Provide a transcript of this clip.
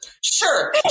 Sure